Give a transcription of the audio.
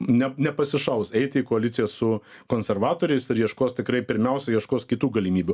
ne nepasišaus eiti į koaliciją su konservatoriais ir ieškos tikrai pirmiausiai ieškos kitų galimybių